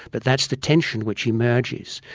but that's the tension which emerges.